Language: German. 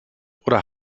oder